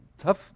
tough